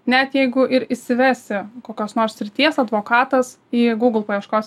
net jeigu ir įsivesi kokios nors srities advokatas į google paieškos